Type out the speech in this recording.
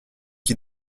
qui